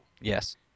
yes